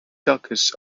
duchess